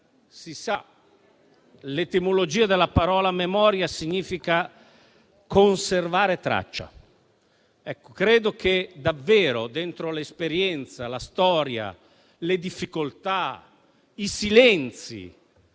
si sa l'etimologia della parola memoria è quella di conservare traccia: credo che dentro l'esperienza, la storia, le difficoltà e i silenzi